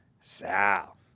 Sal